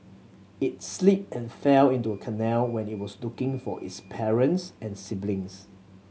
it slipped and fell into a canal when it was looking for its parents and siblings